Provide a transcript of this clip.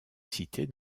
citée